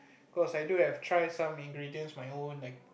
cause I do have try some ingredients my own